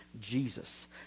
Jesus